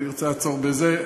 אני רוצה לעצור בזה.